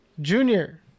Junior